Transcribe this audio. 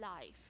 life